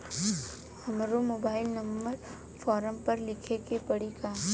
हमरो mobile number form पर लिखे के पड़ी का?